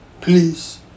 Please